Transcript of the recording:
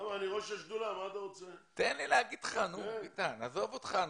עזוב אותך,